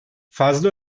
fazla